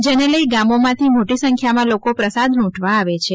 જેને લઇ ગામોમાંથી મોટી સંખ્યામાં લોકો પ્રસાદ લૂંટવા આવે છે